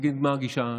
אני אגיד מה הגישה שלי.